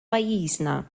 pajjiżna